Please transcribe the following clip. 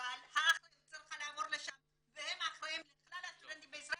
אבל האחריות צריכה לעבור לשם והם אחראים לכלל הסטודנטים בישראל